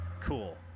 Cool